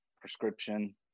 prescription